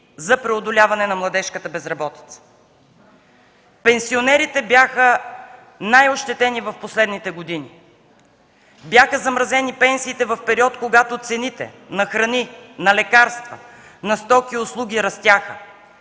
за преодоляване на младежката безработица. Пенсионерите бяха най-ощетени в последните години. Бяха замразени пенсиите в период, когато цените на храни, на лекарства, на стоки и услуги растяха.